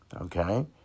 okay